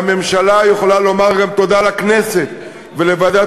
והממשלה יכולה לומר תודה לכנסת ולוועדת